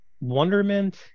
wonderment